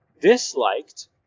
disliked